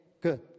good